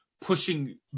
pushing